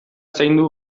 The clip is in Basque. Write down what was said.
zaindu